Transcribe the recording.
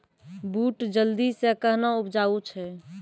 बूट जल्दी से कहना उपजाऊ छ?